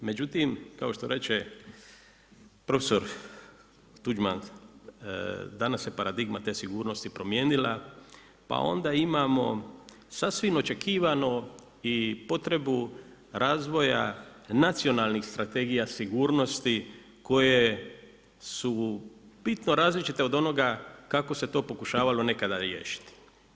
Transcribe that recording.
Međutim, kao što reče prof. Tuđman danas se paradigma te sigurnosti promijenila, pa onda imamo sasvim očekivano i potrebu razvoja nacionalnih strategija sigurnosti koje su bitno različite od onoga kako se to pokušavalo nekada riješiti.